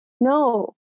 No